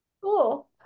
Cool